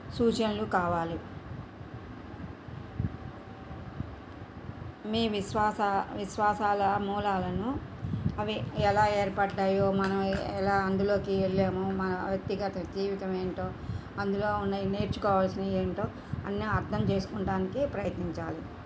సూచనలు కావాలి మీ విశ్వాస విశ్వాసాల మూలాలను అవి ఎలా ఏర్పడ్డాయో మనం ఎలా అందులోకి వెళ్ళామో మన వ్యక్తిగత జీవితం ఏంటో అందులో ఉన్నవి నేర్చుకోవాల్సినవి ఏంటో అన్నీ అర్థం చేసుకోవటానికి ప్రయత్నించాలి